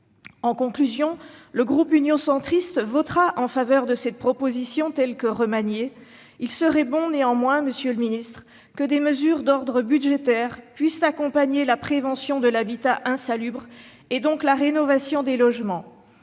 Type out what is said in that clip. En conclusion, le groupe Union centriste votera en faveur de cette proposition de loi, telle que remaniée. Il serait bon néanmoins, monsieur le ministre, que des mesures d'ordre budgétaire puissent accompagner la prévention de l'habitat insalubre et, donc, la rénovation des logements.